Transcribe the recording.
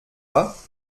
pas